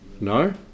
No